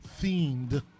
themed